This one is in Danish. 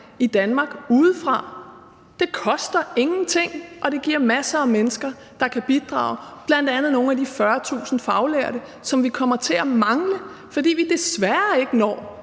i Danmark. Det koster ingenting, og det fører til masser af mennesker, der kan bidrage, bl.a. nogle af de 40.000 faglærte, som vi kommer til at mangle, fordi vi desværre ikke når